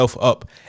up